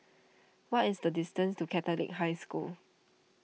what is the distance to Catholic High School